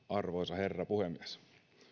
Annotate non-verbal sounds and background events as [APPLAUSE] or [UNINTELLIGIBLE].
[UNINTELLIGIBLE] arvoisa herra puhemies